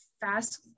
fast